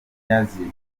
cyatunguye